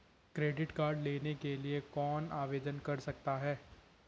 Credit card लेने के लिए कौन आवेदन कर सकता है?